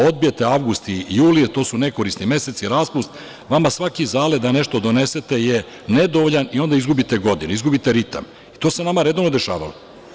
Odbijete avgust i jul, to su nekorisni meseci, raspust, vama svaki zalet da nešto donesete je nedovoljan i onda izgubite godinu, izgubite ritam i to se vama redovno dešavalo.